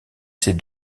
ses